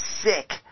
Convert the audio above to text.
sick